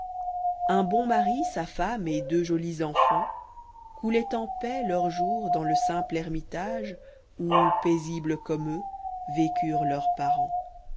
us bon mari sa femme et deux jolis enfants coûtaient en paix leurs jours dans le simple ermitage où paisibles comme eux vécurent leurs parents